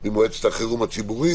לשמוע ולהקשיב.